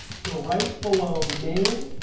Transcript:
so right below name,